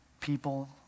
people